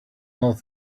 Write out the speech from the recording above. not